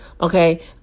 okay